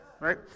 right